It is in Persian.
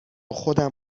خودم